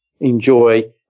enjoy